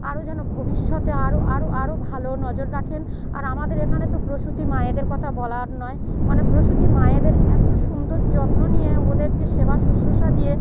আরও যেন ভবিষ্যতে আরও আরও আরও ভালো নজর রাখেন আর আমাদের এখানে তো প্রসূতি মায়েদের কথা বলার নয় মানে প্রসূতি মায়েদের এত সুন্দর যত্ন নিয়ে ওদেরকে সেবা শুশ্রূষা দিয়ে